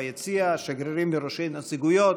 ביציע, שגרירים וראשי נציגויות.